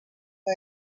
has